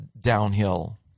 downhill